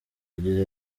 yagize